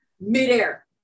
midair